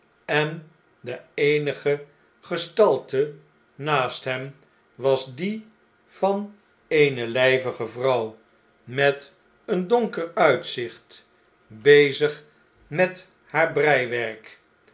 en de eenige gestalte naast hem was die van eene lgvige vrouw met een donker uitzicht bezig met haar breiwerk